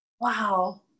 Wow